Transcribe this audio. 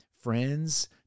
friends